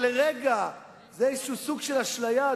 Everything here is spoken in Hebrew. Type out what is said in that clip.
ולרגע זה מין סוג של אשליה,